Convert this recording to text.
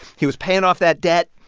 he was paying off that debt.